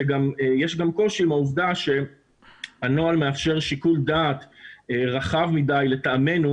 יש גם קושי עם העובדה שהנוהל מאפשר שיקול דעת רחב מדי לטעמנו